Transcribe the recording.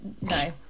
No